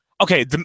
okay